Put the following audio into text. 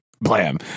blam